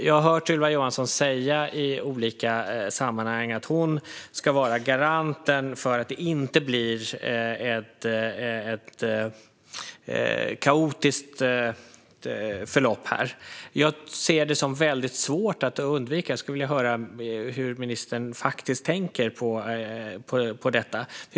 Jag har hört Ylva Johansson säga i olika sammanhang att hon ska vara garanten för att det inte blir ett kaotiskt förlopp. Jag ser det dock som väldigt svårt att undvika och skulle vilja höra hur ministern faktiskt tänker kring detta.